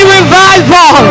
revival